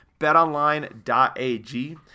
betonline.ag